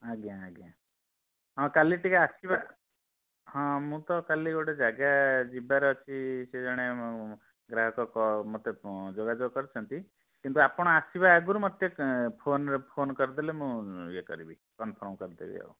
ଆଜ୍ଞା ଆଜ୍ଞା ହଁ କାଲି ଟିକିଏ ଆସିବ ହଁ ମୁଁ ତ କାଲି ଗୋଟେ ଜାଗା ଯିବାର ଅଛି ସେ ଜଣେ ଗ୍ରାହକ ମୋତେ ଯୋଗାଯୋଗ କରିଛନ୍ତି କିନ୍ତୁ ଆପଣ ଆସିବା ଆଗରୁ ମୋତେ ଫୋନ୍ରେ ଫୋନ୍ କରିଦେଲେ ମୁଁ ଇଏ କରିବି କନଫର୍ମ୍ କରିଦେବି ଆଉ